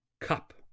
Cup